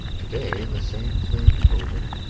today the same thing over.